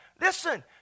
listen